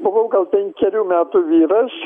buvau gal penkerių metų vyras